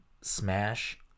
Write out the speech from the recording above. Smash